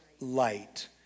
light